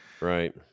right